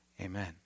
Amen